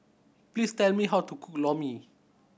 please tell me how to cook Lor Mee